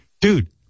dude